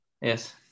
Yes